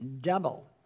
double